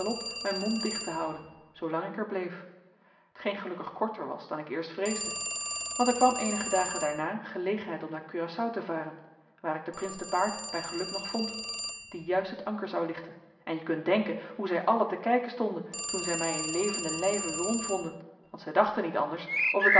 mijn mond dicht te houden zoo lang ik er bleef t geen gelukkig korter was dan ik eerst vreesde want er kwam eenige dagen daarna gelegenheid om naar curaçao te varen waar ik de prins te paard bij geluk nog vond die juist het anker zou lichten en je kunt denken hoe zij allen te kijken stonden toen zij mij in levenden lijven weerom vonden want zij dachten niet anders of ik